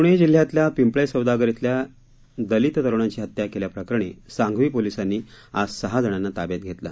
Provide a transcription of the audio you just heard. पूणे जिल्ह्यातल्या पिंपळे सौदागर खिल्या दलित तरुणाची हत्या केल्याप्रकरणी सांघवी पोलिसांनी आज सहा जणांना ताब्यात घेतलं